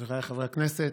חבריי חברי הכנסת,